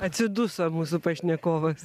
atsiduso mūsų pašnekovas